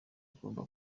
igomba